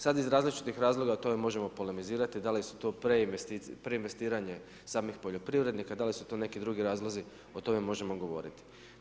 Sad iz različitih razloga o tome možemo polemizirati da li su to preinvestiranje samih poljoprivrednika, da li su to neki drugi razlozi o tome možemo govoriti.